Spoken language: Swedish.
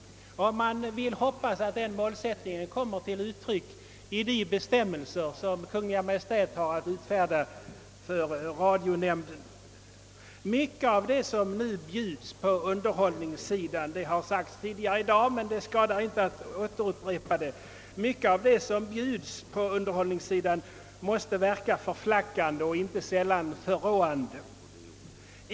Man vill hoppas att sådan målsättning kommer till uttryck i de bestämmelser som Kungl. Maj:t har att utfärda för radionämnden. Mycket av det som nu bjuds i fråga om underhållning — detta har framhållits tidigare i dag, men det skadar inte att upprepa det — måste verka förflackande och inte sällan förråande.